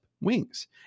wings